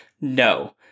No